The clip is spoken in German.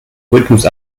rhythmus